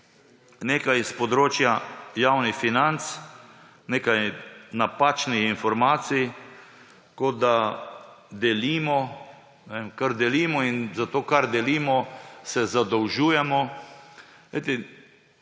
nekaj s področja javnih financ, nekaj napačnih informacij, kot da delimo, kar delimo, in za to, kar delimo, se zadolžujemo.